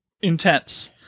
intense